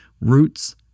roots